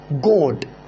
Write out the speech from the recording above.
god